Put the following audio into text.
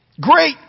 Great